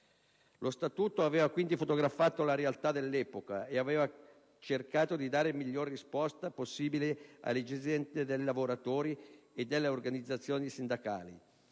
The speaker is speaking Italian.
Lo Statuto aveva quindi fotografato la realtà dell'epoca e aveva cercato di dare la miglior risposta possibile alle esigenze dei lavoratori e delle organizzazioni sindacali.